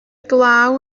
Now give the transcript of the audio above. glaw